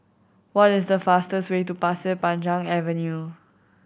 what is the fastest way to Pasir Panjang Avenue